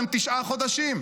תשעה חודשים.